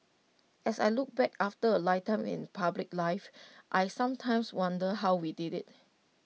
as I look back after A lifetime in public life I sometimes wonder how we did IT